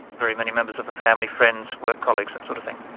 very many members of the family, friends, work colleagues, that sort of thing.